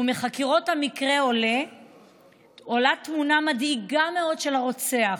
ומחקירות המקרה עולה תמונה מדאיגה מאוד של הרוצח,